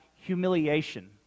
humiliation